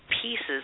pieces